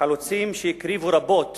חלוצים שהקריבו רבות